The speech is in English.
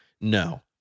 No